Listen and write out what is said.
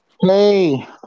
hey